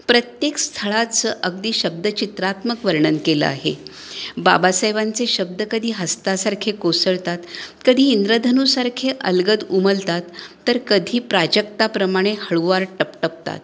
प्रत्येक स्थळाचं अगदी शब्द चित्रात्मक वर्णन केलं आहे बाबासाहेबांचे शब्द कधी हस्तासारखे कोसळतात कधी इंद्रधनुसारखे अलगद उमलतात तर कधी प्राजक्ताप्रमाणे हळूवार टपटपतात